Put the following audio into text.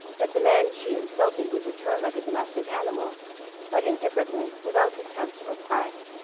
that the man she insulted would return like a domestic animal but indifferently, without contempt or pride.